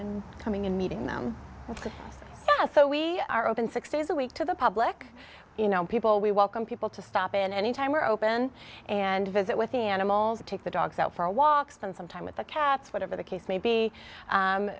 in coming in meeting them so we are open six days a week to the public you know people we welcome people to stop in any time we're open and visit with the animals take the dogs out for a walk spend some time with the cats whatever the case may be